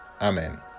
Amen